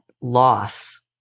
loss